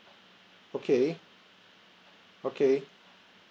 okay okay